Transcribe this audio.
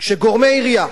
כשגורמי עירייה